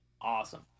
awesome